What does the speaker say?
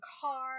car